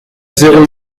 zéro